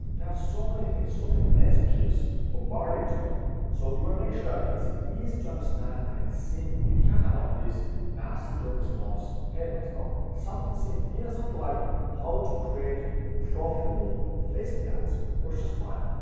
have so many things, so many messages bombarded to them so you want to make sure that it's easy to understand and it's simple. you can't have like this massive drew up response headlines, no, something simple, even something like how to create profitable facebook ads works just fine.